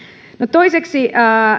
toiseksi